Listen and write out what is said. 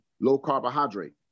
low-carbohydrate